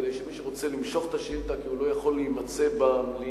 כדי שמי שרוצה למשוך את השאילתא כי הוא לא יכול להימצא במליאה